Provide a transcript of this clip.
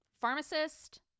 pharmacist